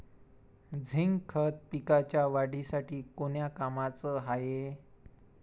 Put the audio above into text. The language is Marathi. झिंक खत पिकाच्या वाढीसाठी कोन्या कामाचं हाये?